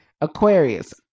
Aquarius